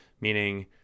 meaning